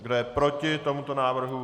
Kdo je proti tomuto návrhu?